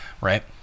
right